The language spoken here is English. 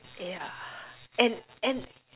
yeah and and